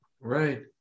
Right